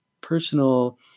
personal